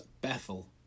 Bethel